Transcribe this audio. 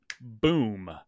boom